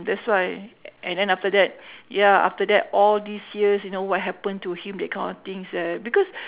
that's why and then after that ya after that all these years you know what happened to him that kind of things ah because